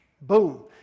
Boom